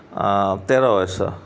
ତେର ବୟସ